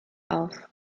auf